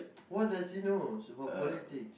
what does he knows about politic